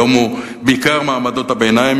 היום הוא בעיקר מעמדות הביניים,